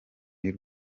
y’u